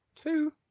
Two